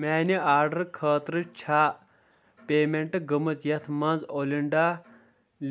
میانہِ آڈرٕ خٲطرٕ چھا پیمیٚنٹ گٔمٕژ یتھ منٛز اولِنٛڈا